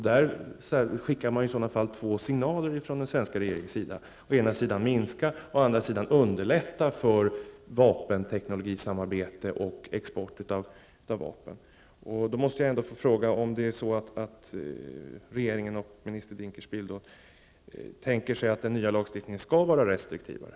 Där skickar man från den svenska regeringens sida ut två olika signaler: å ena sidan skall vapenexporten minska, och å andra sidan skall man underlätta för vapenteknologisamarbete och export av vapen. Jag måste fråga om regeringen och minister Dinkelspiel tänker sig att den nya lagstiftningen skall vara restriktivare.